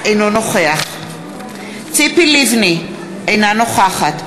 אינו נוכח ציפי לבני, אינה נוכחת.